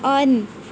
on